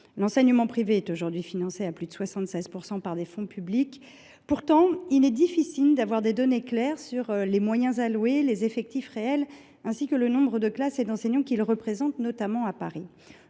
L’enseignement privé est aujourd’hui financé à plus de 76 % par des fonds publics. Pourtant, il est difficile d’avoir des données claires sur les moyens alloués et les effectifs réels, ainsi que sur le nombre de classes et d’enseignants qu’il représente, en particulier